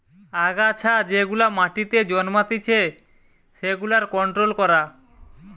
আগাছা যেগুলা মাটিতে জন্মাতিচে সেগুলার কন্ট্রোল করা